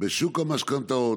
בשוק המשכנתאות,